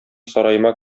сараема